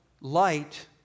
light